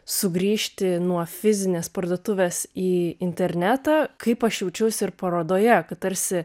sugrįžti nuo fizinės parduotuvės į internetą kaip aš jaučiuosi ir parodoje tarsi